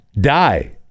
die